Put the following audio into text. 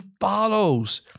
follows